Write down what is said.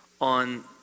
on